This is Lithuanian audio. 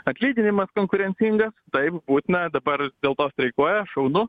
atlyginimas konkurencingas taip būtina dabar dėl to streikuoja šaunu